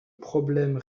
problème